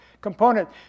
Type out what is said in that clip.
component